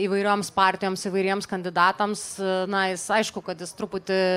įvairioms partijoms įvairiems kandidatams na jis aišku kad jis truputį